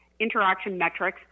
interactionmetrics